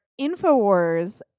InfoWars